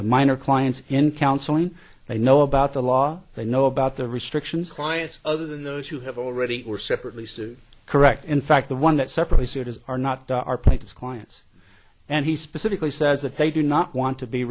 a minor clients in counseling they know about the law they know about the restrictions clients other than those who have already or separately sued correct in fact the one that separates it is are not to our plates clients and he specifically says that they do not want to be